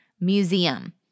Museum